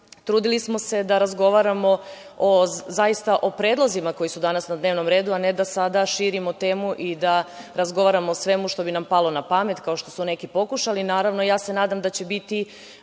trudili smo se da razgovaramo zaista o predlozima koji su danas na dnevnom redu, a ne da sada širimo temu i da razgovaramo o svemu što bi nam palo na pamet, kao što su neki pokušali. Naravno, ja se nadam da će biti